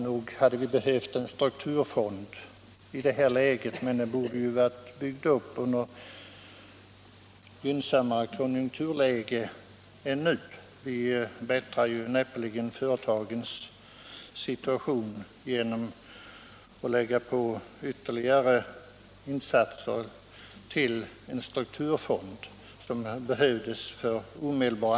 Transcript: Nog hade vi behövt en strukturfond i det här läget, men den borde ha byggts upp under ett gynnsammare konjunkturläge än nu. Vi förbättrar näppeligen företagens situation genom att lägga på dem ytterligare bördor i form av insatser till en strukturfond, som behövs omedelbart.